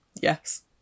Yes